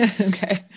Okay